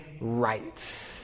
right